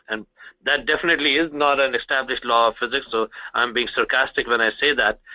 and that definitely is not an established law of physics, so i'm being sarcastic when i say that.